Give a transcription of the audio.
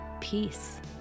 peace